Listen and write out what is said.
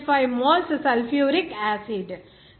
5 moles sulphuric acid